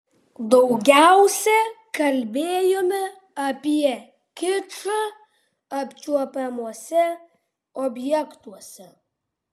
daugiausia kalbėjome apie kičą apčiuopiamuose objektuose